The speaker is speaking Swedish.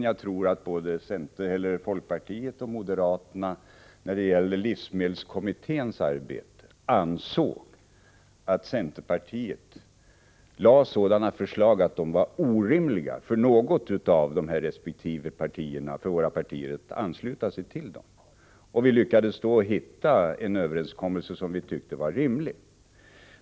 Jag tror att både folkpartiet och moderaterna när det gäller livsmedelskommitténs arbete ansåg att centerpartiet lade fram förslag som det var orimligt för något parti att ansluta sig till. Vi lyckades då nå en överenskommelse som vi tyckte var rimlig.